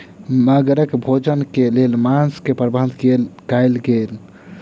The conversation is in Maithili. मगरक भोजन के लेल मांस के प्रबंध कयल गेल